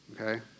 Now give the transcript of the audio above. okay